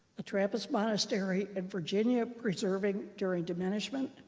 a trappist monastery in virginia preserving during diminishment,